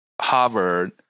Harvard